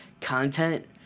content